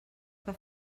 que